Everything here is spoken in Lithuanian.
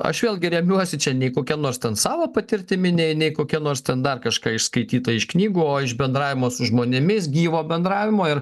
aš vėlgi remiuosi čia nei kokia nors ten savo patirtimi nei kokia nors ten dar kažką išskaityta iš knygų o iš bendravimo su žmonėmis gyvo bendravimo